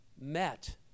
met